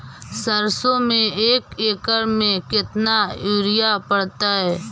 सरसों में एक एकड़ मे केतना युरिया पड़तै?